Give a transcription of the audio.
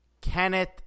kenneth